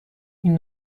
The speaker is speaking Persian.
این